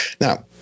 Now